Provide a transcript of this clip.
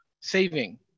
saving